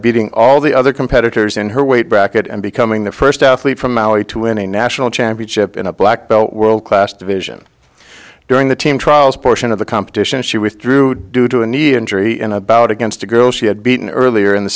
beating all the other competitors in her weight bracket and becoming the first athlete from maui to win a national championship in a black belt world class division during the team trials portion of the competition she withdrew due to a knee injury and about against a girl she had beaten earlier in the